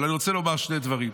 אבל אני רוצה לומר שני דברים.